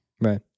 Right